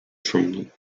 from